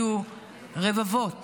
יהיו רבבות